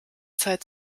zeit